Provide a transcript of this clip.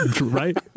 right